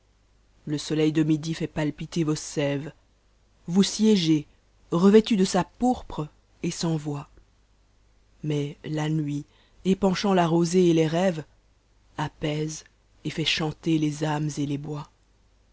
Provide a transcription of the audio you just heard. le soleil de midi fait palpiter vos sèves vous siégez revêtus de sa pourpre et sans voix mais la nuit épanchant la rosee t les rêves apaise et fait chanter les âmes et les bois